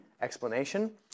explanation